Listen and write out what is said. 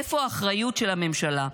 איפה האחריות של הממשלה?